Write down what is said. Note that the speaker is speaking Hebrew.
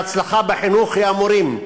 מההצלחה בחינוך הם המורים,